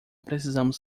precisamos